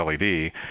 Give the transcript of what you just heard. LED